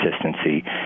consistency